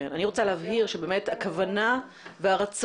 אני רוצה להבהיר שהכוונה והרצון,